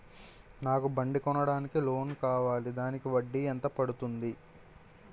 నాకు బండి కొనడానికి లోన్ కావాలిదానికి వడ్డీ ఎంత పడుతుంది?